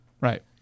right